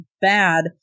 bad